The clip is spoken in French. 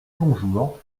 bonjour